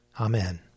Amen